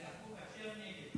ההצעה להעביר את הצעת חוק